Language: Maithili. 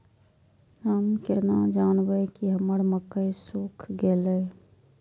हम केना जानबे की हमर मक्के सुख गले?